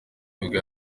nibwo